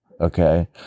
okay